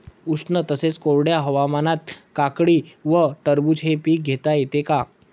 उष्ण तसेच कोरड्या हवामानात काकडी व टरबूज हे पीक घेता येते का?